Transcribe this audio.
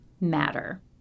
matter